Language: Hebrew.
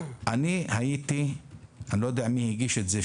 אני לא יודע מי הגיש את זה,